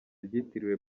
ryitiriwe